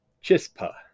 Chispa